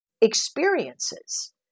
experiences